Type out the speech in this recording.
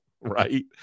right